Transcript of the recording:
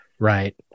Right